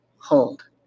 hold